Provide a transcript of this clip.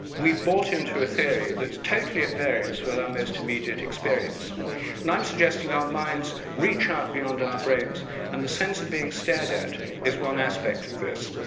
we bought into a theory that's totally at variance with our most immediate experience. now i'm suggesting our minds reach out beyond our brains and the sense of being stared at is one aspect of this.